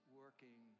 working